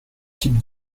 type